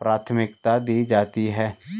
प्राथमिकता दी जाती है